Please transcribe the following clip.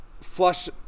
flush